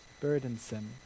burdensome